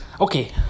Okay